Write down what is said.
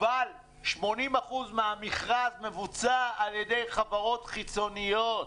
80% מהמכרז מבוצע בידי חברות חיצוניות.